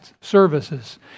services